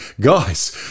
guys